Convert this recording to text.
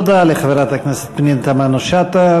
תודה לחברת הכנסת פנינה תמנו-שטה.